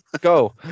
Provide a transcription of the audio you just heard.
go